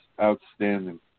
outstanding